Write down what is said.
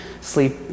sleep